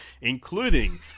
including